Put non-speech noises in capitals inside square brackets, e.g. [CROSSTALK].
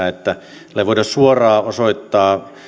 [UNINTELLIGIBLE] että tällä ei voida suoraan osoittaa